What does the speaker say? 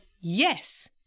Yes